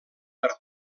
per